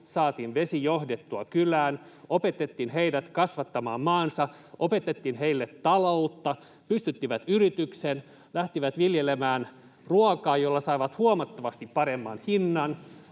saatiin vesi johdettua kylään, opetettiin heidät kasvattamaan maansa, opetettiin heille taloutta. He pystyttivät yrityksen, lähtivät viljelemään ruokaa, jolla saivat huomattavasti paremman hinnan.